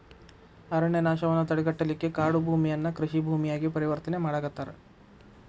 ಅರಣ್ಯನಾಶವನ್ನ ತಡೆಗಟ್ಟಲಿಕ್ಕೆ ಕಾಡುಭೂಮಿಯನ್ನ ಕೃಷಿ ಭೂಮಿಯಾಗಿ ಪರಿವರ್ತನೆ ಮಾಡಾಕತ್ತಾರ